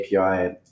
API